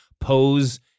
pose